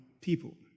people